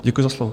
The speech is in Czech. Děkuji za slovo.